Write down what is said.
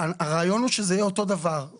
הרעיון הוא שזה יהיה אותו הדבר.